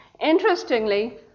Interestingly